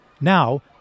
Now